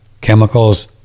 chemicals